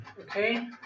okay